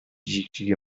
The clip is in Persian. جیکجیک